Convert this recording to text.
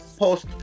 post